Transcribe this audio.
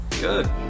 Good